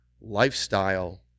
lifestyle